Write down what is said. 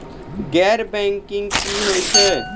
गैर बैंकिंग की होय छै?